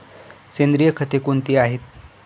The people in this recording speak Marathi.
सेंद्रिय खते कोणती आहेत?